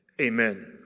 Amen